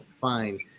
find